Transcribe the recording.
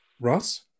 Ross